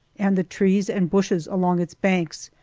and the trees and bushes along its banks,